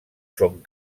son